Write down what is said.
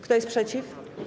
Kto jest przeciw?